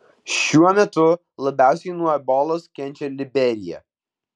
šiuo metu labiausiai nuo ebolos kenčia liberija